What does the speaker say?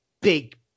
big